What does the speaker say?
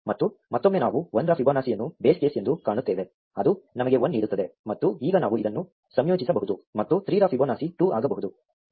ಮತ್ತು ಮತ್ತೊಮ್ಮೆ ನಾವು 1 ರ ಫಿಬೊನಾಕಿಯನ್ನು ಬೇಸ್ ಕೇಸ್ ಎಂದು ಕಾಣುತ್ತೇವೆ ಅದು ನಮಗೆ 1 ನೀಡುತ್ತದೆ ಮತ್ತು ಈಗ ನಾವು ಇದನ್ನು ಸಂಯೋಜಿಸಬಹುದು ಮತ್ತು 3 ರ ಫಿಬೊನಾಕಿ 2 ಆಗಬಹುದು